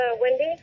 wendy